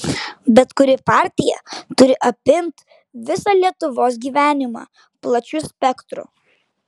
bet kuri partija turi apimt visą lietuvos gyvenimą plačiu spektru